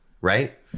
Right